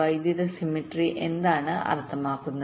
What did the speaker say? വൈദ്യുത സിംമെറ്ററി എന്താണ് അർത്ഥമാക്കുന്നത്